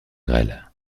grêle